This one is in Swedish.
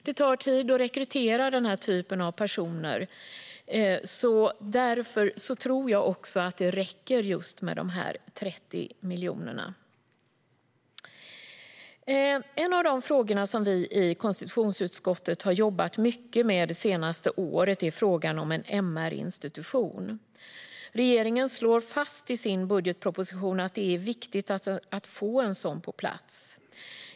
Det tar tid att rekrytera den här typen av personer, och därför tror jag också att det räcker med dessa 30 miljoner. En av de frågor vi i konstitutionsutskottet har jobbat mycket med det senaste året är den om en MR-institution. Regeringen slår fast i sin budgetproposition att det är viktigt att få en sådan på plats.